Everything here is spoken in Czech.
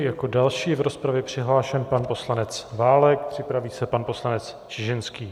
Jako další je v rozpravě přihlášen pan poslanec Válek, připraví se pan poslanec Čižinský.